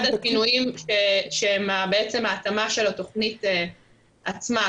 --- לצד --- שהם בעצם ההתאמה של התוכנית עצמה.